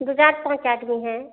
दो चार पाँच आदमी हैं